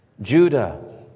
Judah